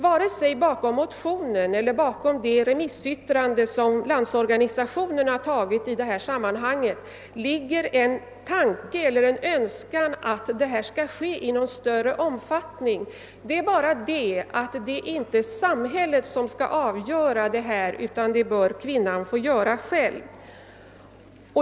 Varken bakom motionen eller bakom det remissyttrande som Landsorganisationen har avgivit i detta sammanhang ligger en tanke eller en önskan att detta skall ske i någon större omfattning. Tanken är bara att det inte bör vara samhället som skall avgöra detta, utan det bör kvinnan få göra själv.